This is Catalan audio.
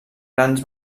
grans